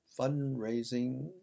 fundraising